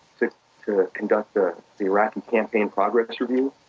to conduct the iraqi campaign progress review.